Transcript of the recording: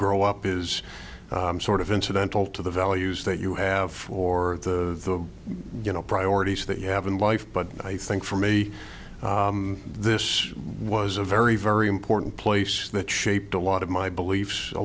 grow up is sort of incidental to the values that you have or the priorities that you have in life but i think for me this was a very very important place that shaped a lot of my beliefs a